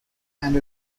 and